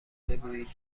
بگویید